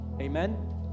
Amen